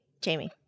Jamie